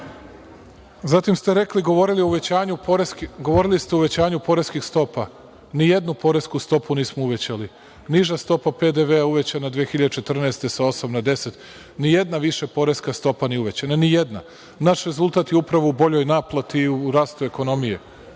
sve. Zatim ste govorili o uvećanju poreskih stopa. Nijednu poresku stopu nismo uvećali. Niža stopa PDV-a je uvećana 2014. godine sa osam na deset posto. Nijedna više poreska stopa nije uvećana, nijedna. Naš rezultat je upravo u boljoj naplati i u rastu ekonomije.